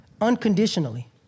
unconditionally